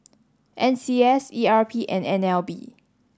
N C S E R P and N L B